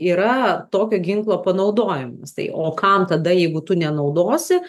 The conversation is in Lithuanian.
yra tokio ginklo panaudojimas tai o kam tada jeigu tu nenaudosi